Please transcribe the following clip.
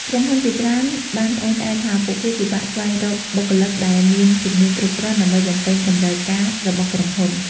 ក្រុមហ៊ុនជាច្រើនបានត្អូញត្អែរថាពួកគេពិបាកស្វែងរកបុគ្គលិកដែលមានជំនាញគ្រប់គ្រាន់ដើម្បីបំពេញតម្រូវការរបស់ក្រុមហ៊ុន។